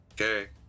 okay